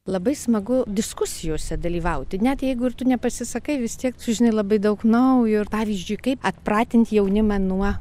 labai smagu diskusijose dalyvauti net jeigu ir tu nepasisakai vis tiek sužinai labai daug naujo ir pavyzdžiui kaip atpratinti jaunimą nuo